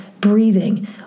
breathing